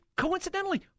Coincidentally